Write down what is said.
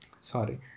sorry